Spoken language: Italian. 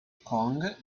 kong